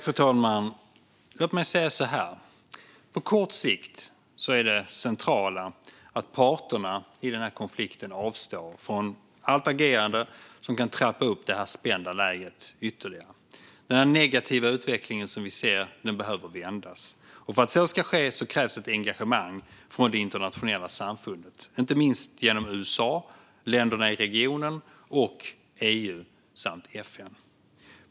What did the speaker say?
Fru talman! Låt mig säga så här: På kort sikt är det centrala att parterna i denna konflikt avstår från allt agerande som kan trappa upp det spända läget ytterligare. Den negativa utvecklingen behöver vändas, och för att så ska ske krävs ett engagemang från det internationella samfundet, inte minst genom USA, länderna i regionen, EU och FN.